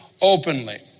openly